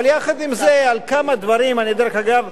אבל יחד עם זה, על כמה דברים, אני, דרך אגב,